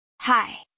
Hi